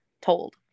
told